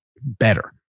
better